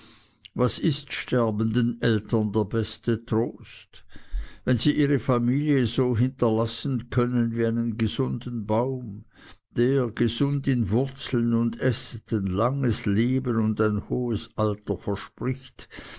was ist sterbenden eltern der beste trost wenn sie ihre familie so hinterlassen können wie einen gesunden baum der gesund in wurzeln und ästen langes leben und ein hohes alter verspricht